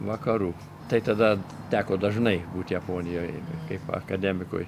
vakarų tai tada teko dažnai būt japonijoj kaip akademikui